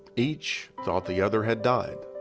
each thought the other had died.